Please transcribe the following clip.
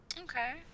Okay